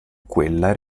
quella